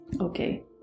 Okay